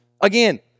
again